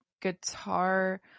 guitar